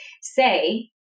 say